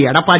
Edappadi